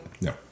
No